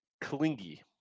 clingy